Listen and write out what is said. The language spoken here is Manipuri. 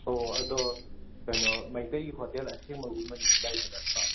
ꯑꯣ ꯑꯗꯣ ꯀꯩꯅꯣ ꯃꯩꯇꯩꯒꯤ ꯍꯣꯇꯦꯜ ꯑꯁꯦꯡꯕꯒꯨꯝꯕꯁꯦ ꯑꯗꯨꯝ ꯂꯩꯕ ꯅꯠꯇ꯭ꯔꯣ